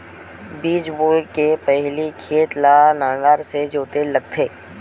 बीज बोय के पहिली खेत ल नांगर से जोतेल लगथे?